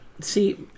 See